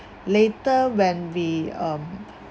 later when we um